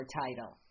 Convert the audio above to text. title